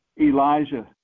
Elijah